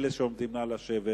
היה סיכום, נא לעמוד בו.